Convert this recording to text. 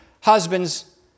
husbands